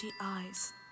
eyes